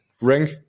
ring